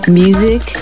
music